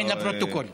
אין לפרוטוקול.